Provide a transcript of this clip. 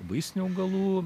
vaistinių augalų